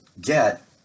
get